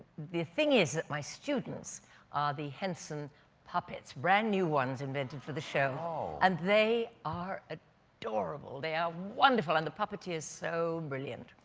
the thing is that my students are the henson puppets, brand new ones invented for the show. stephen and they are ah adorable. they are wonderful. and the puppeteer is so brilliant.